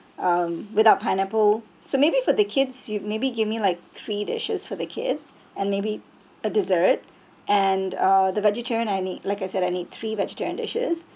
um without pineapple so maybe for the kids you maybe give me like three dishes for the kids and maybe a dessert and uh the vegetarian I need like I said I need three vegetarian dishes